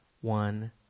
one